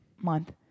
month